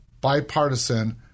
bipartisan